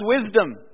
wisdom